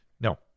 No